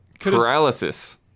Paralysis